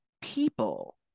people